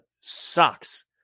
sucks